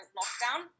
lockdown